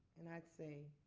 and i'd say,